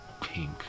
pink